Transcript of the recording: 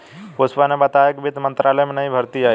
पुष्पा ने बताया कि वित्त मंत्रालय में नई भर्ती आई है